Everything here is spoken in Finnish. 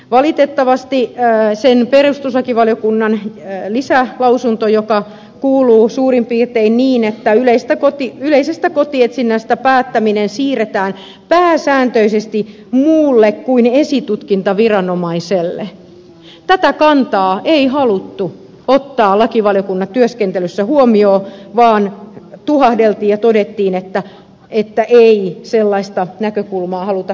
valitettavasti perustuslakivaliokunnan lisälausunnon kantaa joka kuuluu suurin piirtein niin että yleisestä kotietsinnästä päättäminen siirretään pääsääntöisesti muulle kuin esitutkintaviranomaiselle ei haluttu ottaa lakivaliokunnan työskentelyssä huomioon vaan tuhahdeltiin ja todettiin että ei sellaista näkökulmaa haluta kunnioittaa